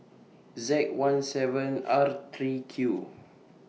Z one seven R three Q